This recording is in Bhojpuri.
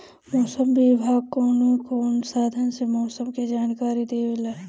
मौसम विभाग कौन कौने साधन से मोसम के जानकारी देवेला?